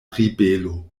ribelo